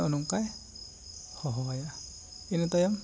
ᱱᱚᱜᱼᱚᱭ ᱱᱚᱝᱠᱟᱭ ᱦᱚᱦᱚ ᱣᱟᱭᱟ ᱤᱱᱟᱹ ᱛᱟᱭᱱᱚᱢ